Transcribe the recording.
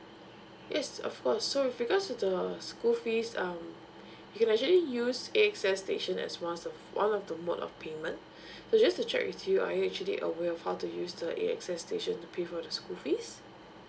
yes of course so because it's a school fees um you can actually use A access station as well as one of the mode of payment so just to check with you are you actually aware of how to use the A access station to pay for the school fees